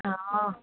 অঁ